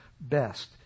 best